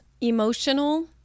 emotional